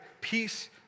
peace